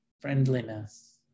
friendliness